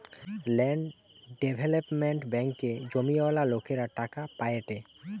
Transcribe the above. land development ব্যাঙ্কে জমিওয়ালা লোকরা টাকা পায়েটে